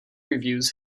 reviews